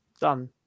done